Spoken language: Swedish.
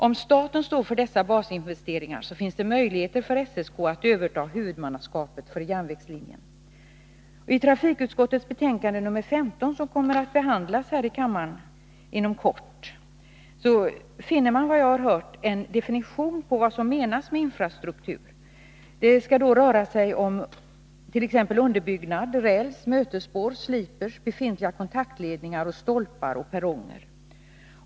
Om staten står för dessa basinvesteringar, finns det möjligheter för SSK att överta som kommer att behandlas här i kammaren inom kort, finner man, såvitt jag vet, en definition på vad som menas med infrastruktur. Det skall röra sig om t.ex. underbyggnad, räls, mötesspår, slipers, befintliga kontaktledningar samt stolpar och perronger.